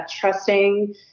trusting